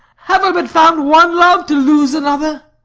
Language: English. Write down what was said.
have i but found one love to lose another?